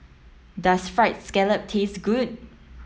does fried scallop taste good